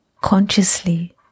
consciously